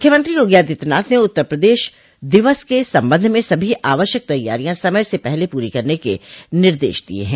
मुख्यमंत्री योगी आदित्यनाथ ने उत्तर प्रदेश दिवस के संबंध में सभी आवश्यक तैयारियां समय से पहले पूरी करने के निदेश दिये हैं